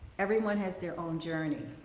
everyone has their own journey.